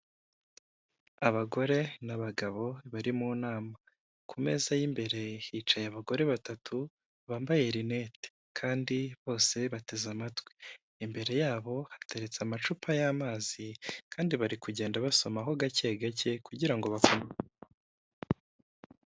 Abagore n'abagabo bari mu nama, ku meza y'imbere hicaye abagore batatu bambaye rinete kandi bose bateze amatwi, imbere yabo hateretse amacupa y'amazi kandi bari kugenda basomaho gake gake kugirango bavume.